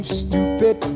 stupid